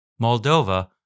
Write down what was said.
Moldova